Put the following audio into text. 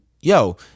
yo